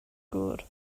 gŵr